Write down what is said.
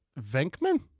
Venkman